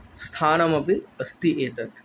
स्थानमपि अस्ति एतत्